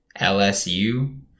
LSU